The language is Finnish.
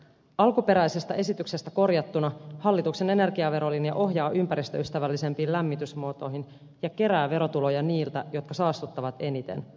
alkuperäisestä esityksestä korjattuna hallituksen energiaverolinja ohjaa ympäristöystävällisempiin lämmitysmuotoihin ja kerää verotuloja niiltä jotka saastuttavat eniten